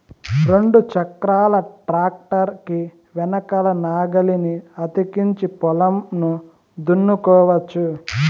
రెండు చక్రాల ట్రాక్టర్ కి వెనకల నాగలిని అతికించి పొలంను దున్నుకోవచ్చు